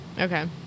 Okay